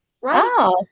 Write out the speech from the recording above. right